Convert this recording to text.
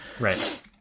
Right